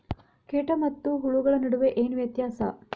ಕೇಟ ಮತ್ತು ಹುಳುಗಳ ನಡುವೆ ಏನ್ ವ್ಯತ್ಯಾಸ?